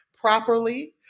properly